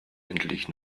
endlich